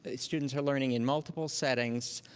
ah students are learning in multiple settings,